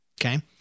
Okay